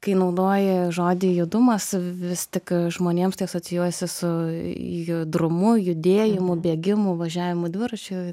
kai naudoji žodį judumas vis tik žmonėms tai asocijuojasi su judrumu judėjimu bėgimu važiavimu dviračiu